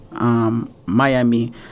Miami